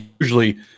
usually